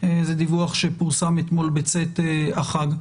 זה דיווח שפורסם אתמול בצאת החג.